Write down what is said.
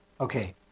Okay